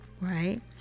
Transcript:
right